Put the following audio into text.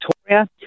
Victoria